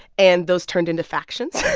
and those turned into factions.